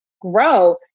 grow